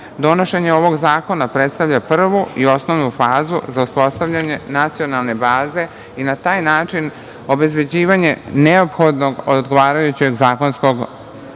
donošenje ovog zakona predstavlja prvu i osnovnu fazu za uspostavljanje nacionalne baze i na taj način obezbeđivanje neophodnog odgovarajućeg zakonskog